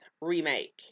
remake